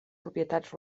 propietats